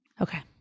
Okay